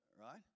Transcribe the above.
right